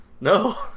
No